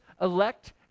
elect